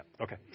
Okay